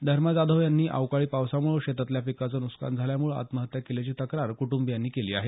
धर्मा जाधव यांनी अवकाळी पावसामुळे शेतातल्या पिकाचं नुकसान झाल्यामुळे आत्महत्या केल्याची तक्रार कुंटूंबीयांनी केली आहे